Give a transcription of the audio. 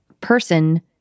person